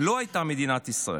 לא הייתה מדינת ישראל,